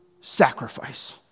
sacrifice